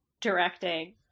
directing